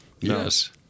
Yes